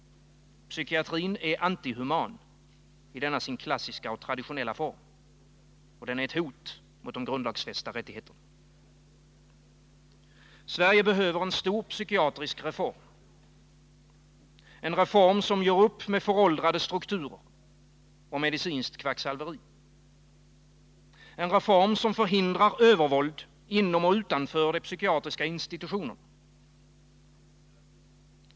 Psykiatrin är antihuman i denna sin klassiska och traditionella form och ett hot mot de grundlagsfästa rättigheterna. Sverige behöver en stor psykiatrisk reform, en reform som gör upp med föråldrade strukturer och med medicinskt kvacksalveri samt förhindrar övervåld inom och utanför de psykiatriska institutionerna.